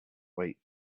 wait